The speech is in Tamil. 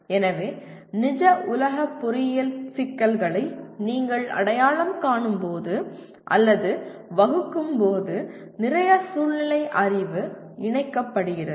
எனவே நிஜ உலக பொறியியல் சிக்கல்களை நீங்கள் அடையாளம் காணும்போது அல்லது வகுக்கும்போது நிறைய சூழ்நிலை அறிவு இணைக்கப்படுகிறது